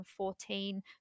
2014